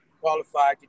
qualified